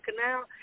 Canal